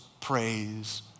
praise